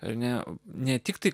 ar ne ne tik tai